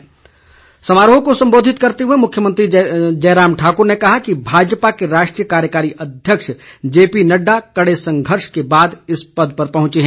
CM समारोह को सम्बोधित करते हुए मुख्यमंत्री जयराम ठाकुर ने कहा कि भाजपा के राष्ट्रीय कार्यकारी अध्यक्ष जेपीनड्डा कड़े संघर्ष के बाद इस पद पर पहुंचे हैं